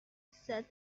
said